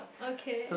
okay